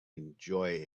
enjoy